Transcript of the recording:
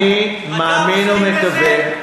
אתה מסכים לזה?